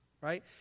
Right